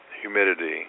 humidity